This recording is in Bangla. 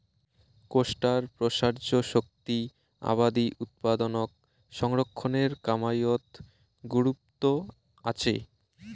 কোষ্টার প্রসার্য শক্তি আবাদি উৎপাদনক সংরক্ষণের কামাইয়ত গুরুত্ব আচে